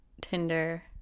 Tinder